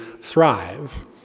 thrive